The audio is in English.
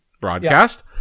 broadcast